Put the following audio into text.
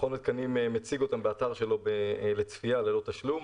מכון התקנים מציג אותם באתר שלו לצפייה ללא תשלום.